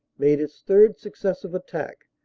made its third successive attack,